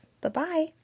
Bye-bye